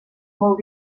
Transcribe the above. molt